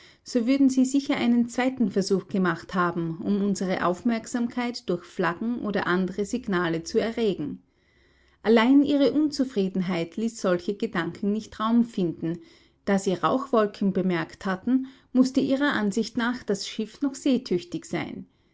so würden sie sicher einen zweiten versuch gemacht haben um unsere aufmerksamkeit durch flaggen oder andere signale zu erregen allein ihre unzufriedenheit ließ solche gedanken nicht raum finden da sie rauchwolken bemerkt hatten mußte ihrer ansicht nach das schiff noch seetüchtig sein